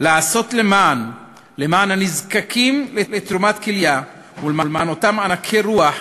לעשות למען למען הנזקקים לתרומת כליה ולמען אותם ענקי רוח